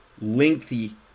lengthy